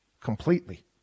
completely